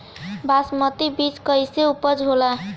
बासमती बीज कईसन उपज होला?